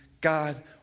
God